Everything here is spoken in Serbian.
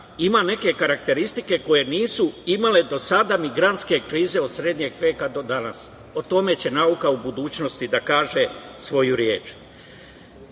ima neke karakteristike koje nisu imale do sada migrantske krize od srednjeg veka do danas. O tome će nauka u budućnosti da kaže svoju